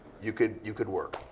you could you could work.